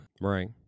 right